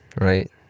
right